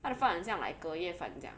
他的饭好像 like 隔夜饭这样